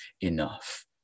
enough